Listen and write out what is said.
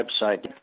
website